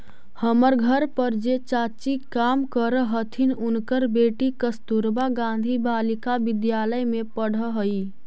हमर घर पर जे चाची काम करऽ हथिन, उनकर बेटी कस्तूरबा गांधी बालिका विद्यालय में पढ़ऽ हई